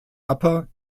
upper